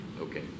Okay